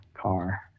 car